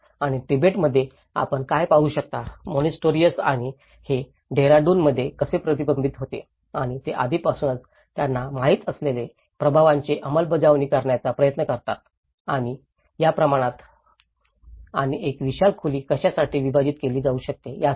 आणि तिबेटमध्ये आपण काय पाहू शकता मोनास्टरीएस आणि ते देहरादूनमध्ये कसे प्रतिबिंबित होते आणि ते आधीपासूनच त्यांना माहित असलेल्या प्रभावांचे अंमलबजावणी करण्याचा प्रयत्न करतात आणि या प्रमाणात प्रमाणात आणि एक विशाल खोली कशासाठी विभाजित केली जाऊ शकते यासह